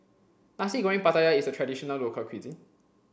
Nasi Goreng Pattaya is a traditional local cuisine